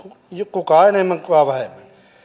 kuka enemmän kuka vähemmän